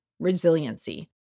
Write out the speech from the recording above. resiliency